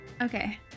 Okay